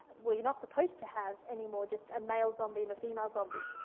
well, you're not supposed to have any more, just a male zombie and a female zombie.